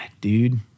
dude